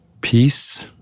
Peace